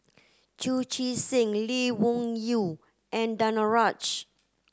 Chu Chee Seng Lee Wung Yew and Danaraj